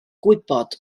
gwybod